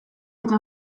eta